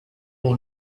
will